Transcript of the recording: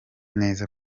neza